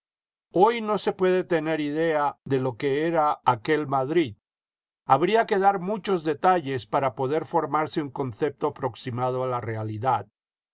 hoy no se puede tener idea de lo que era aquel madrid habría que dar muchos detalles para poder formarse un concepto aproximado a la realidad